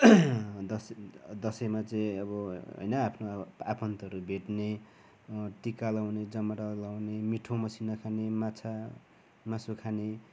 दसैँ दसैँमा चाहिँ अब होइन आफ्नो अब आफन्तहरू भेट्ने टिका लाउने जमारा लाउने मिठो मसिनो खाने माछा मासु खाने